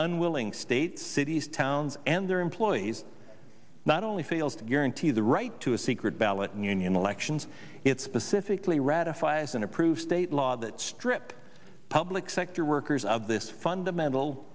unwilling states cities towns and their employees not only fails to guarantee the right to a secret ballot in union elections it specifically ratify is an approved state law that stripped public sector workers of this fundamental